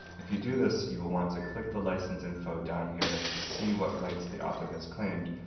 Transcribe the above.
if you do this, you will want to click the license info down here to see what rights the author has claimed,